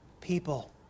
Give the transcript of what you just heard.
people